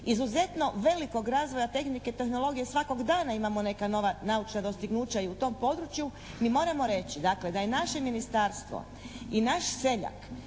izuzetno velikog razvoja tehnike, tehnologije svakog dana imamo neka nova naučna dostignuća i u tom području. Mi moramo reći dakle da je naše ministarstvo i naš seljak